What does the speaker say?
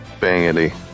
Bangity